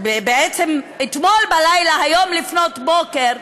בעצם אתמול בלילה, היום לפנות בוקר,